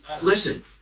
Listen